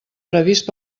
previst